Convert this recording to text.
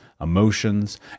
emotions